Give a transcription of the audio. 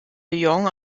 lyon